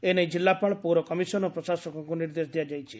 ଏ ନେଇ କିଲ୍ଲାପାଳ ପୌର କମିଶନ ଓ ପ୍ରଶାସକଙ୍କୁ ନିର୍ଦ୍ଦେଶ ଦିଆଯାଇଛି